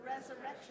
resurrection